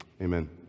Amen